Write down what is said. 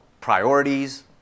Priorities